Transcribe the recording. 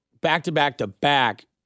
back-to-back-to-back